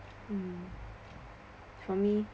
uh for me